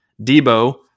debo